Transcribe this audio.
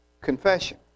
confession